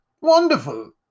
Wonderful